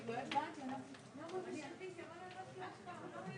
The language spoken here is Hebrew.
כפי שאמר יוראי, אני מסכים אתו לגמרי.